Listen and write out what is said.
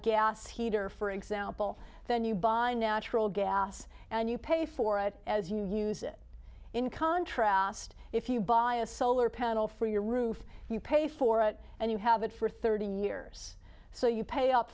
gas heater for example then you buy natural gas and you pay for it as you use it in contrast if you buy a solar panel for your roof you pay for it and you have it for thirty years so you pay